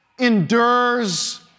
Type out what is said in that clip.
endures